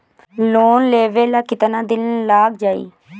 Loan लेबे ला कितना दिन लाग जाई?